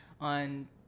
on